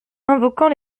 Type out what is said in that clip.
invoquant